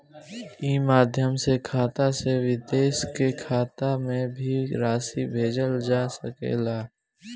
ई माध्यम से खाता से विदेश के खाता में भी राशि भेजल जा सकेला का?